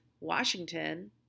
Washington